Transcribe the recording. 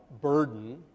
burden